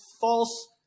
false